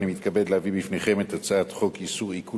אני מתכבד להביא בפניכם את הצעת חוק איסור עיקול